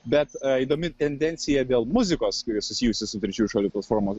bet įdomi tendencija dėl muzikos kuri susijusi su trečiųjų šalių platforma